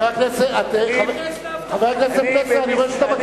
חבר הכנסת פלסנר, אני רואה שאתה בקי.